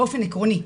באופן עקרוני,